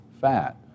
fat